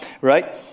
right